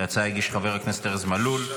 את ההצעה הגיש חבר הכנסת ארז מלול.